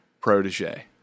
protege